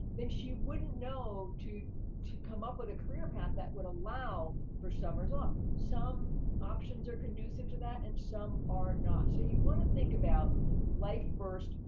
then she wouldn't know to to come up with a career path that would allow for summers off. some options are conducive to that, and some are not. so you wanna think about life first,